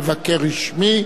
מבקר רשמי),